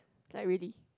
like really